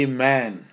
Amen